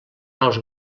aus